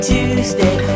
Tuesday